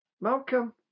Malcolm